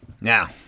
Now